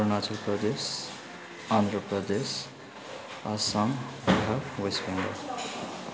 अरुणाचल प्रदेश आन्द्र प्रदेश आसाम र वेस्ट बङ्गाल